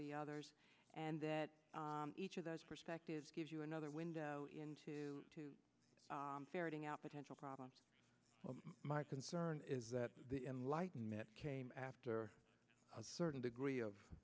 the others and that each of those perspectives gives you another window into ferreting out potential problems my concern is that the enlightenment came after a certain degree of